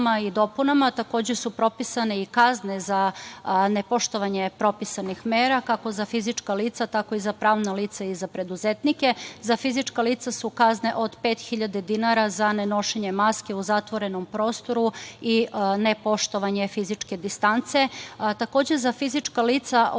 i dopunama takođe su propisane i kazne za nepoštovanje propisanih mera, kako za fizička lica, tako i za pravna lica i za preduzetnike. Za fizička lica su kazne od 5.000 dinara za nenošenje maske u zatvorenom prostoru i nepoštovanje fizičke distance. Takođe, za fizička lica od